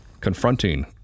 confronting